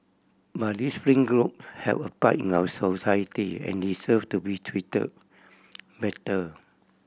but these fringe group have a part in our society and deserve to be treated better